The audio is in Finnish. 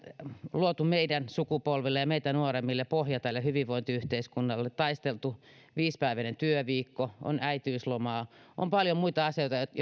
luotu meidän sukupolvellemme ja meitä nuoremmille pohja tälle hyvinvointiyhteiskunnalle taisteltu viisipäiväinen työviikko on äitiyslomaa on paljon muita asioita